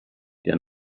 der